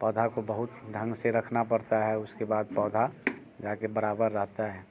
पौधे को बहुत ढंग से रखना पड़ता है उसके बाद पौधे जा के बराबर रहता है